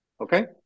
Okay